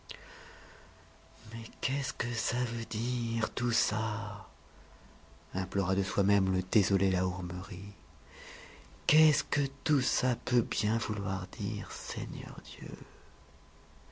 mais qu'est-ce que ça veut dire tout ça implora de soi-même le désolé la hourmerie qu'est-ce que tout ça peut bien vouloir dire seigneur dieu